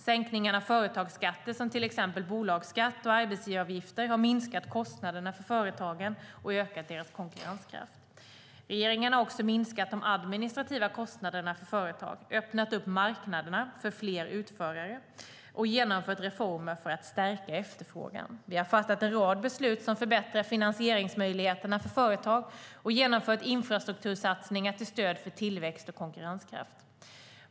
Sänkningen av företagsskatter som till exempel bolagsskatt och arbetsgivaravgifter har minskat kostnaderna för företagen och ökat deras konkurrenskraft. Regeringen har också minskat de administrativa kostnaderna för företag, öppnat upp marknaderna för fler utförare och genomfört reformer för att stärka efterfrågan. Vi har fattat en rad beslut som förbättrar finansieringsmöjligheterna för företag och genomfört infrastruktursatsningar till stöd för tillväxt och konkurrenskraft.